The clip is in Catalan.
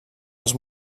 els